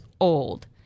old